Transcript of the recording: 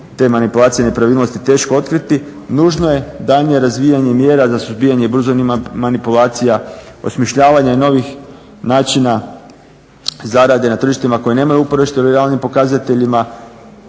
te manipulacije, nepravilnosti teško otkriti nužno je daljnje razvijanje mjera za suzbijanje burzovnih manipulacija, osmišljavanje i novih načina zarade na tržištima koje nemaju uporište u javnim pokazateljima,